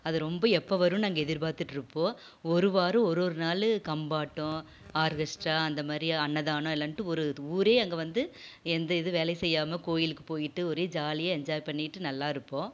அது ரொம்ப எப்போ வரும்னு நாங்கள் எதிர்பார்த்துட்டு இருப்போம் ஒரு வாரம் ஒரு ஒரு நாள் கம்பாட்டம் ஆர்க்கஸ்ட்ரா அந்த மாதிரி அன்னதானம் எல்லாம்ன்ட்டு ஒரு ஊரே அங்கே வந்து எந்த இது வேலையும் செய்யாமல் கோவிலுக்கு போய்ட்டு ஒரே ஜாலியாக என்ஜாய் பண்ணிட்டு நல்லா இருப்போம்